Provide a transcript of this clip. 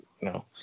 no